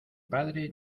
padre